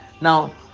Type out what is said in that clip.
Now